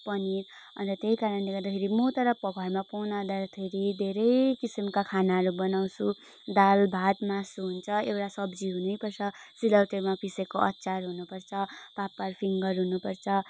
पनिर अन्त त्यही कारणले गर्दाखेरि म तर घरमा पाहुना आउँदाखेरि धेरै किसिमका खानाहरू बनाउँछु दाल भात मासु हुन्छ एउटा सब्जी हुनै पर्छ सिलौटेमा पिसेको अचार हुनुपर्छ पापर फिङ्गर हुनुपर्छ